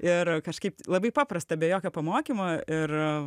ir kažkaip labai paprasta be jokio pamokymo ir